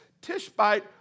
Tishbite